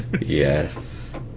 Yes